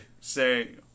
say